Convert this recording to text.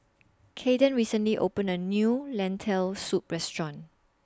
Caden recently opened A New Lentil Soup Restaurant